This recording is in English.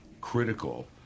critical